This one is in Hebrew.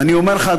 ואני אומר לך,